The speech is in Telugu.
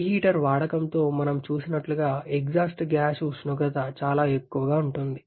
రీహీటర్ వాడకంతో మనం చూసినట్లుగా ఎగ్జాస్ట్ గ్యాస్ ఉష్ణోగ్రత చాలా ఎక్కువగా ఉంటుంది